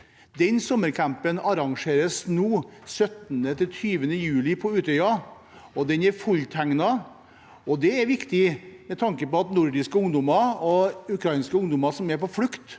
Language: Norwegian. Den sommercampen arrangeres nå 17.–20. juli på Utøya, og den er fulltegnet. Det er viktig med tanke på at nordiske ungdommer og ukrainske ungdommer som er på flukt